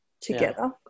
together